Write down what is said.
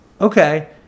okay